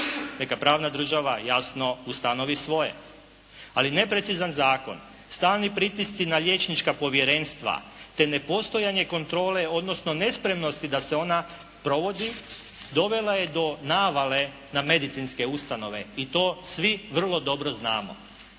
Neka pravna država jasno ustanovi svoje. Ali neprecizan zakon, stalni pritisci na liječnička povjerenstva, te nepostojanje kontrole, odnosno nespremnosti da se ona provodi dovela je do navale na medicinske ustanove i to svi vrlo dobro znamo.